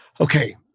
okay